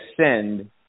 send